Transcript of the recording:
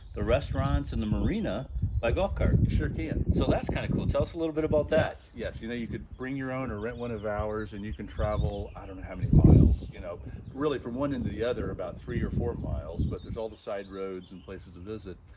the restaurants and the marina by golf cart. and you sure can. so that's kinda of cool. tell us a little bit about that. yes, you know you can bring your own or rent one of ours and you can travel, i don't know how many miles. you know really from one end to the other about three or four miles, but there's all the the side roads and places to visit.